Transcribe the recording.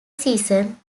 season